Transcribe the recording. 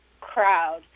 crowd